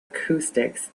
acoustics